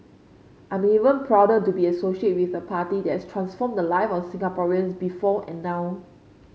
I'm even prouder to be associated with a party that has transformed the live of Singaporeans before and now